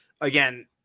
again